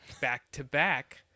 back-to-back